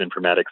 informatics